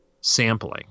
sampling